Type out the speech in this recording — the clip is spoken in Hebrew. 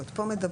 פה מדברים